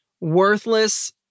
worthless